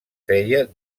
feia